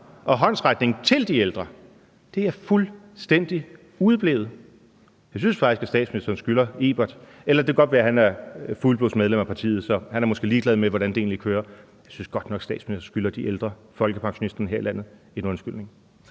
og håndsrækningen til de ældre er fuldstændig udeblevet. Jeg synes faktisk, at statsministeren skylder Ebert – eller det kan godt være, at han er fuldblodsmedlem af partiet, så han måske er ligeglad med, hvordan det egentlig kører – og de ældre og folkepensionisterne her i landet en undskyldning.